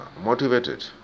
motivated